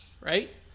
right